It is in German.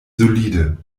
solide